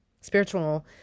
Spiritual